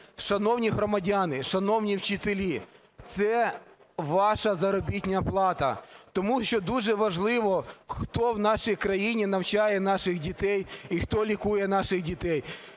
Шановні громадяни, шановні вчителі, це ваша заробітна плата, тому що дуже важливо хто в нашій країні навчає наших дітей і хто лікує наших дітей.